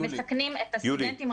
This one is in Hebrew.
מסכנים את הסטודנטים.